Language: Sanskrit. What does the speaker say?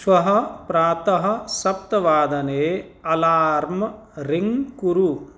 श्वः प्रातः सप्तवादने अलार्म् रिङ्ग् कुरु